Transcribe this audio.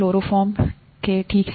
chloroform के ठीक है